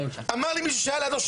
אמר לי מישהו שהיה לידו,